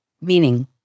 Meaning